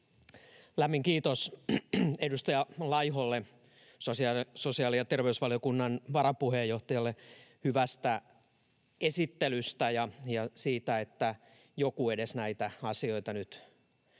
Lämmin kiitos edustaja Laiholle, sosiaali- ja terveysvaliokunnan varapuheenjohtajalle, hyvästä esittelystä ja siitä, että edes joku näitä asioita nyt